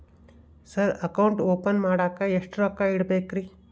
Sir account open ಮಾಡಾಕ ಎಷ್ಟು ರೊಕ್ಕ ಇಡಬೇಕ್ರಿ?